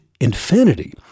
infinity